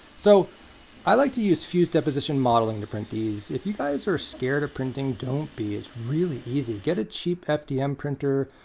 so i like to use fused deposition modeling to print these. if you guys are scared of printing, don't be. it's really easy. get a cheap fdm printer.